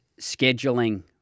scheduling